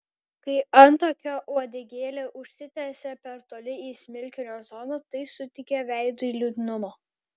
kai antakio uodegėlė užsitęsia per toli į smilkinio zoną tai suteikia veidui liūdnumo